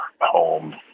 home